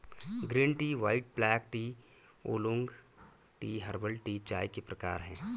green tea white black tea oolong tea herbal tea चाय के प्रकार है